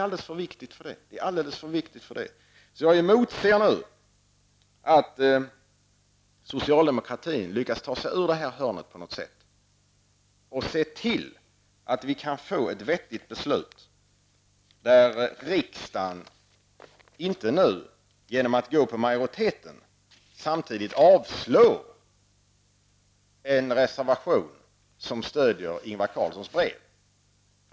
Men detta är alldeles för viktigt för det. Jag emotser att socialdemokratin lyckas ta sig ut ur hörnet och ser till att det kan fattas ett vettigt beslut där riksdagen inte nu genom att gå efter majoriteten samtidigt avslår en reservation som stödjer Ingvar Carlssons brev.